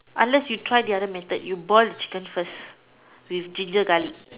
unless you try the other method you boil the chicken first with ginger garlic